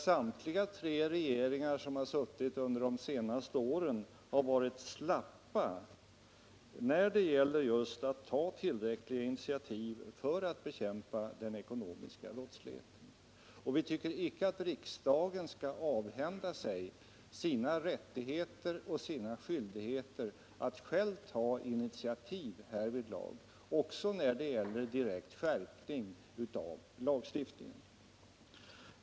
Samtliga tre regeringar som suttit under de senaste åren har varit slappa när det gällt att ta initiativ för att bekämpa den ekonomiska brottsligheten. Vi tycker inte att riksdagen skall avhända sig sina rättigheter och sina skyldigheter att själv ta initiativ härvidlag också när det gäller en direkt skärpning av lagstiftningen.